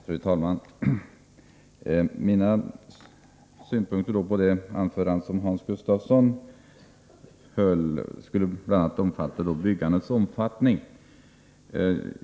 Fru talman! Mina synpunkter på det anförande bostadsministern höll gäller bl.a. bostadsbyggandets omfattning.